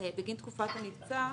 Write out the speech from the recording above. בגין תקופת המבצע,